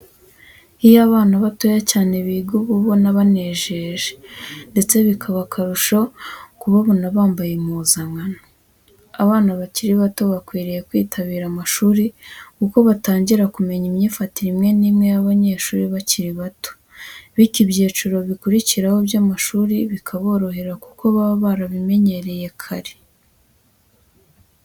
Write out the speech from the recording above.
Iyo abana batoya cyane biga, uba ubona binejeje ndetse bikaba aharusho kubabona bambaye impuzankano. Abana bakiri bato bakwiriye kwitabira amashuri kuko batangira kumenya imyifatire imwe n'imwe y'abanyeshuri bakiri bato, bityo ibyiciro bikurukiraho by'amashuri bikaborohera kuko baba barabimenyereye kare.